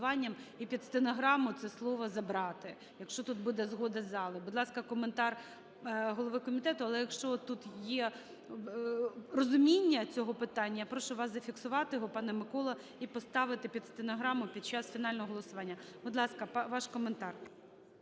і під стенограму це слово забрати, якщо тут буде згода залу. Будь ласка, коментар голови комітету. Але, якщо тут є розуміння цього питання, я прошу вас зафіксувати його, пане Миколо, і поставити під стенограму під час фінального голосування. Будь ласка, ваш коментар.